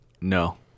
No